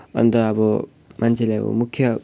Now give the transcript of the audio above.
अन्त अब मान्छेले अब मुख्य